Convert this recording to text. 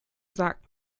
sagt